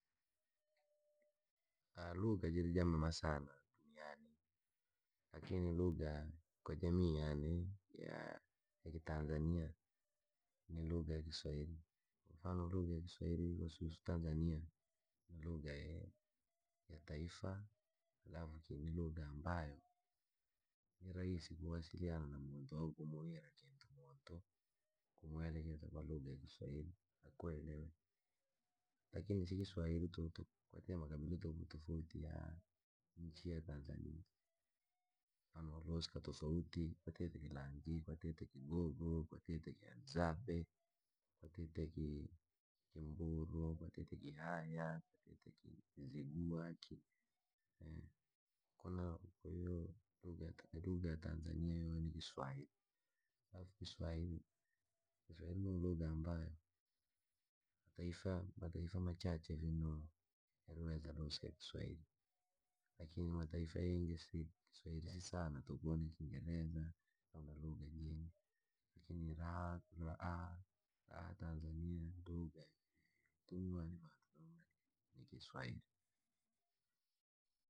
Lugha jiri jamema sana duniani. Lakini lugha yaane, kwa jamii yaane ya kitanzania ni lugha yakiswairi. Kwamfano, lugha ya kiswairi susu tamanya lugha ya taifa, alafu ni lugha ambayo ni rahisikuwasiliana na muntu au kumwira kintu muntu. Kumuelekeza kwa kiswairi akuelewe. Lakini si kiswairivii tuku kwatite makabila tofauti ya nchi ya tanzania. Vanolusika tofauti kwatile kilangi, kimburu. kihadzabe. Kwatite kihaya, kizigua. Kwahiyo, lugha ya tanzania ni kiswairi. Halafu, kiswairi no lugha ambayo mataifa machache vii no yaweza lusika lugha ya kiswairi, lakini mataifa yingi kiswairisi sana tuku ni kingereza au na lugha jiingine ni kiswairi.